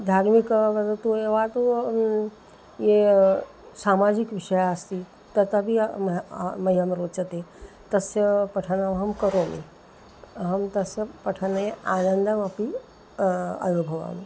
धार्मिकं वदतु ये वा तु ये सामाजिकविषयाः अस्ति तदपि मह्यं रोचते तस्य पठनमहं करोमि अहं तस्य पठने आनन्दमपि अनुभवामि